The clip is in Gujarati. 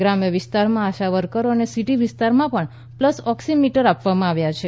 ગ્રામ્ય વિસ્તારમાં આશાવકરી અને સીટી વિસ્તારમાં પણ પ્લસ ઓકસી મીટર આપવામાં આવ્યા છે